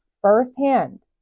firsthand